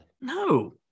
No